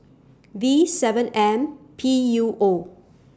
V seven M P U O